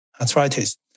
arthritis